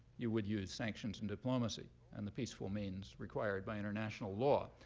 you would use sanctions and diplomacy and the peaceful means required by international law.